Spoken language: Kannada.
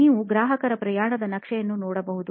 ನೀವು ಗ್ರಾಹಕರ ಪ್ರಯಾಣದ ನಕ್ಷೆಯನ್ನು ನೋಡಬಹುದು